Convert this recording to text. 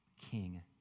King